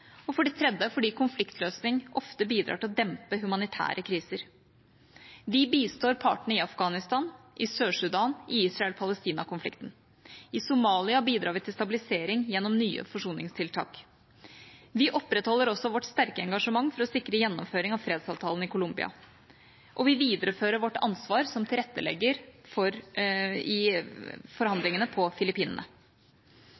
sikkerhet, for det tredje fordi konfliktløsning ofte bidrar til å dempe humanitære kriser. Vi bistår partene i Afghanistan, i Sør-Sudan og i Israel–Palestina-konflikten. I Somalia bidrar vi til stabilisering gjennom nye forsoningstiltak. Vi opprettholder også vårt sterke engasjement for å sikre gjennomføring av fredsavtalen i Colombia, og vi viderefører vårt ansvar som tilrettelegger i